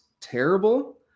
terrible